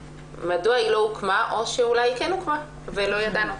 מדוע היא לא הוקמה או שאולי היא כן הוקמה ולא ידענו.